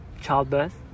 childbirth